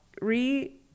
re